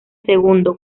segundo